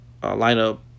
lineup